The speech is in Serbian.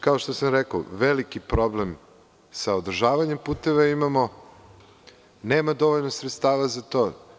Kao što sam rekao, imamo veliki problem sa održavanjem puteva jer nema dovoljno sredstava za to.